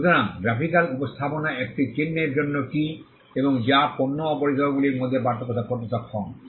সুতরাং গ্রাফিকাল উপস্থাপনা একটি চিহ্নের জন্য কী এবং যা পণ্য ও পরিষেবাদিগুলির মধ্যে পার্থক্য করতে সক্ষম